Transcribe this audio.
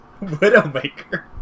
Widowmaker